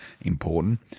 Important